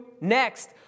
next